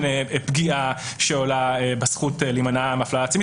פגיעה שעולה בזכות להימנע מהפללה עצמית.